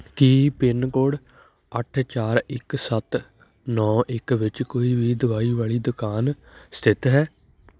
ਕੀ pin code ਅੱਠ ਚਾਰ ਇੱਕ ਸੱਤ ਨੌੌੌ ਇੱਕ ਵਿੱਚ ਕੋਈ ਵੀ ਦਵਾਈ ਵਾਲੀ ਦੁਕਾਨ ਸਥਿਤ ਹੈ